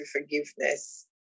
forgiveness